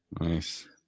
Nice